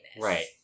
Right